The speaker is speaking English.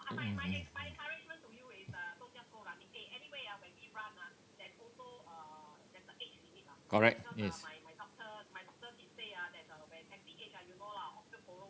mm mm mm correct yes